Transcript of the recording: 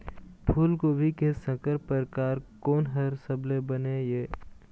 फूलगोभी के संकर परकार कोन हर सबले बने ये?